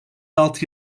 altı